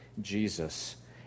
Jesus